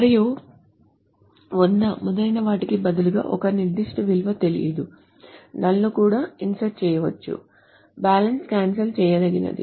మరియు 100 మొదలైన వాటికి బదులుగా ఒక నిర్దిష్ట విలువ తెలియదు null ను కూడా ఇన్సర్ట్ చేయవచ్చు బ్యాలెన్స్ క్యాన్సల్ చేయదగినది